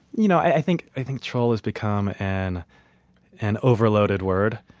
you know i think i think troll has become an an overloaded word,